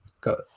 got